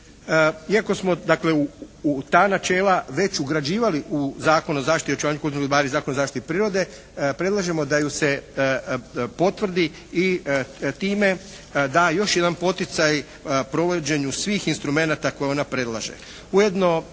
kulturne baštine i Zakon o zaštiti prirode, predlažemo da ju se potvrdi i time da još jedan poticaj provođenju svih instrumenata koje ona predlaže. Ujedno